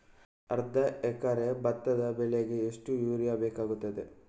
ಅರ್ಧ ಎಕರೆ ಭತ್ತ ಬೆಳೆಗೆ ಎಷ್ಟು ಯೂರಿಯಾ ಬೇಕಾಗುತ್ತದೆ?